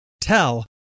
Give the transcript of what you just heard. tell